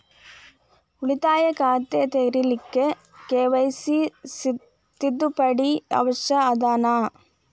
ಉಳಿತಾಯ ಖಾತೆ ತೆರಿಲಿಕ್ಕೆ ಕೆ.ವೈ.ಸಿ ತಿದ್ದುಪಡಿ ಅವಶ್ಯ ಅದನಾ?